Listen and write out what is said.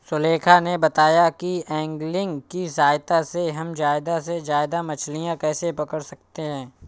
सुलेखा ने बताया कि ऐंगलिंग की सहायता से हम ज्यादा से ज्यादा मछलियाँ कैसे पकड़ सकते हैं